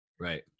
Right